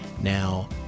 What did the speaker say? Now